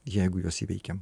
jeigu juos įveikiam